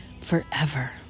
forever